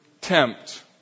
tempt